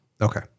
Okay